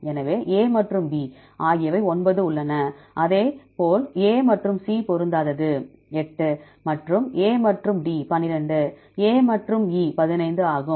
எனவே A மற்றும் B ஆகியவை 9 உள்ளன அதேபோல் A மற்றும் C பொருந்தாதது 8 மற்றும் A மற்றும் D 12 A மற்றும் E 15 ஆகும்